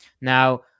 Now